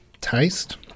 taste